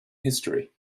history